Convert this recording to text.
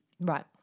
Right